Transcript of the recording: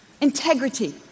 integrity